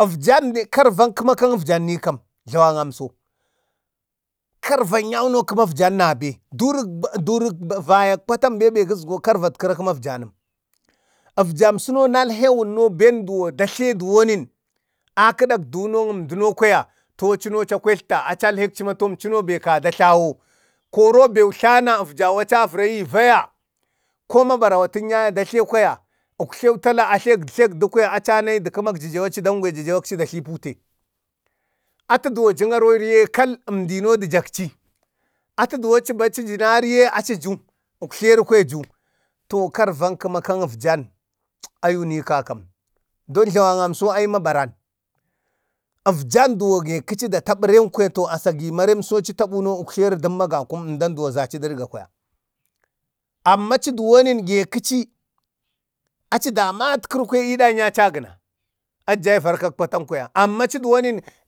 efjan karvan kəma kang efjan nikam karvan gunno kəma əfjan nabe. Durək duruk vayak patan be gəsgo karvatkəra kama afjanəm, efjamsuno nalhewun no ben duwo datle duwonin a kədak dunoŋ əmdano kwaya to acano aca kwetlta acal hecima tom cuno ben kaza tlawo, koro bew tlana efjau aca varayi vaya, ko mabaratən yaye datle kwaya uktlew tala tlak tlakdi kwaya aci tlayi dangwe jəjew datli pute. Atə duwo jin aroriye kal əmdino jəjakchi. Atə duwon achibo da ninariye achuju, uktleri ju. To karvan kəman kan efjan ayu nika kam. Dən jlawaamso ayu mabarən. Efjan duwo gaikici aci datapi ren to asagi ma remso uktleri dumma gakum aga kum, əmdan duwon zachi dəɗga kwaya. Amma aci duwonni gaikaci, aci damarit kiri kwayo idən yaye achi a gəna, aci jai varkak patan kwaya. Amma achi duwo